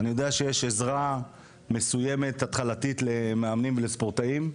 אני יודע שיש עזרה מסוימת התחלתית למאמנים לספורטאים,